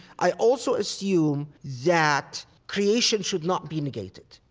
i also assume that creation should not be negated.